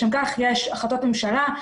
לשם כך יש החלטות ממשלה,